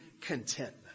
contentment